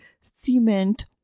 cement